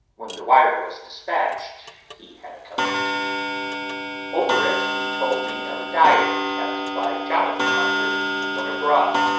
when the wire was despatched he had a cup of tea over it he told me of a diary kept by jonathan harker when abroad,